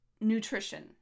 nutrition